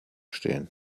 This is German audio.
stehen